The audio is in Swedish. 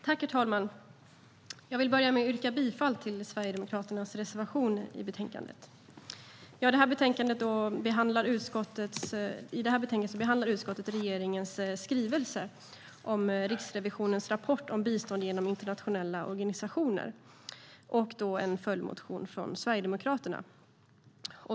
Herr talman! Jag vill börja med att yrka bifall till Sverigedemokraternas reservation i betänkandet. I det här betänkandet behandlar utskottet regeringens skrivelse, Riksrevisionens rapport om bistånd genom internationella organisationer , och en följdmotion från Sverigedemokraterna.